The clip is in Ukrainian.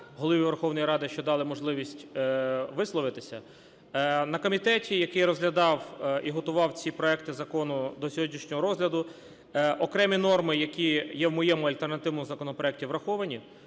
Голові Верховної Ради, що дали можливість висловитися. На комітеті, який розглядав і готував ці проекти закону до сьогоднішнього розгляду, окремі норми, які є в моєму альтернативному законопроекті, враховані.